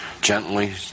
gently